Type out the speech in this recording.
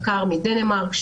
מחקר מדנמרק,